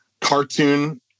cartoon